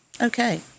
Okay